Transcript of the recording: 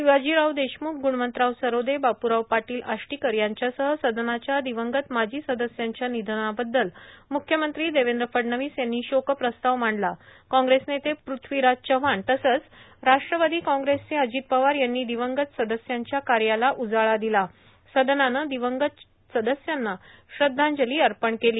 शिवाजीराव देशम्ख ग्णवंतराव सरोदे बाप्राव पाटील आष्टीकर यांच्यासह सदनाच्या दिवंगत माजी सदस्यांच्या निधनाबद्दल म्ख्यमंत्री देवेंद्र फडणवीस यांनी शोकप्रस्ताव मांडला काँग्रेस नेते पृथ्वीराज चव्हाण तसंच राष्ट्रवादी काँग्रेसचे अजित पवार यांनी दिवंगत सदस्यांच्या कार्याला उजाळा दिला सदनानं दिवंगत सदस्यांना श्रद्वांजली अर्पण केली